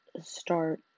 start